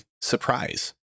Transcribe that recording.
surprise